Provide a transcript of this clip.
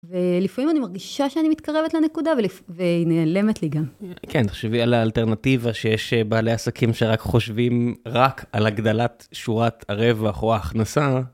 ולפעמים אני מרגישה שאני מתקרבת לנקודה והיא נעלמת לי גם. כן, תחשבי על האלטרנטיבה שיש בעלי עסקים שרק חושבים רק על הגדלת שורת הרווח או ההכנסה.